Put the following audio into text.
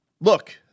look